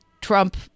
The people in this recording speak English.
Trump